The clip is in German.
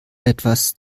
etwas